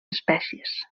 espècies